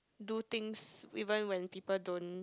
do things even when people don't